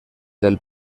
del